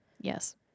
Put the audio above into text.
Yes